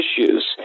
issues